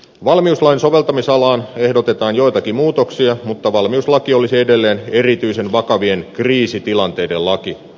valmiuslain soveltamisalaan ehdotetaan joitakin muutoksia mutta valmiuslaki olisi edelleen erityisen vakavien kriisitilanteiden laki